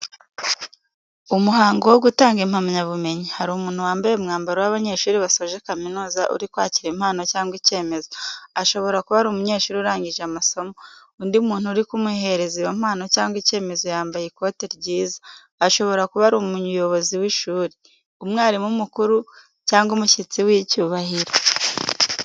Umuhango wo gutanga impamyabumenyi, hari umuntu wambaye umwambaro w'abanyeshuri basoje kaminuza uri kwakira impano cyangwa icyemezo, ashobora kuba ari umunyeshuri urangije amasomo. Undi muntu uri kumuhereza iyo mpano cyangwa icyemezo yambaye ikote ryiza, ashobora kuba ari umuyobozi w’ishuri, umwarimu mukuru, cyangwa umushyitsi w’icyubahiro.